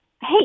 hey